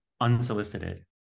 unsolicited